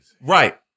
Right